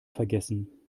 vergessen